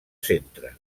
centre